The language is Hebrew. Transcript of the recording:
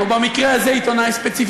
או במקרה הזה עיתונאי ספציפי,